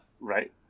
Right